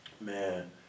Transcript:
man